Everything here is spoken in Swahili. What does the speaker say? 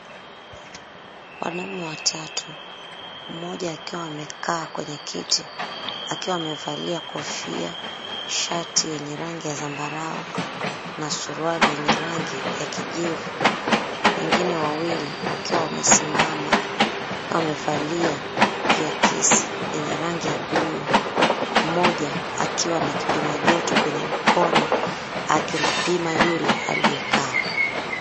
Wanaume watatu, mmoja akiwa amekaa kwenye kiti akiwa amevalia kofia, shati yenye rangi ya zambarau na suruali yenye rangi ya kijivu. Wengine wawili wakiwa wamesimama wamevalia viakisi vyenye rangi ya buluu mmoja akiwa na kipima joto kwenye mkono akimpima yule aliyekaa.